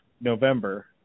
November